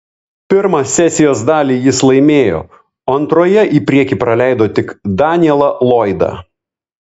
pirmą sesijos dalį jis laimėjo o antroje į priekį praleido tik danielą lloydą